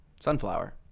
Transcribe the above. Sunflower